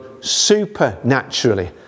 supernaturally